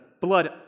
blood